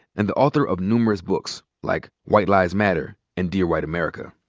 and the author of numerous books like white lies matter and dear white america.